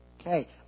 Okay